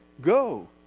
go